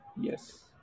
Yes